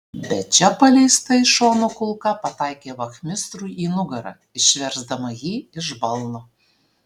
bet čia paleista iš šono kulka pataikė vachmistrui į nugarą išversdama jį iš balno